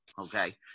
okay